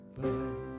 goodbye